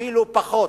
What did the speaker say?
אפילו פחות,